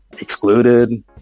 excluded